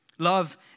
Love